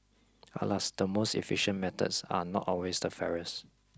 alas the most efficient methods are not always the fairest